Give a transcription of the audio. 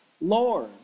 Lord